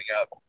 up